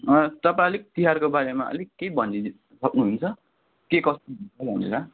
तपाईँ अलिक तिहारको बारेमा अलिक केही भनिदिनु सक्नुहुन्छ के कस्तो हुन्छ भनेर